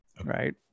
Right